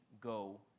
go